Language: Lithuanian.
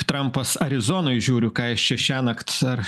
trampas arizonoj žiūriu ką jis čia šiąnakt ar